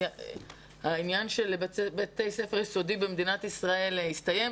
העניין של בית ספר יסודי במדינת ישראל הסתיים?